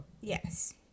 Yes